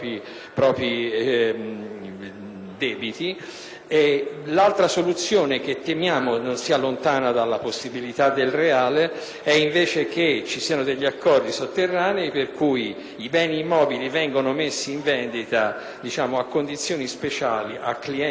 dell'altra soluzione, che temiamo non sia lontana dalla possibilità del reale, ci potrebbero essere accordi sotterranei per cui i beni immobili vengono messi in vendita a condizioni speciali a clienti speciali e a prezzi speciali.